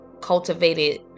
cultivated